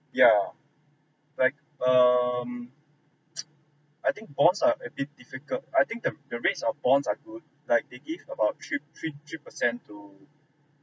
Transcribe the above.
yeah like um I think bonds are a bit difficult I think the the rates of bonds are good like they give about three three three percent to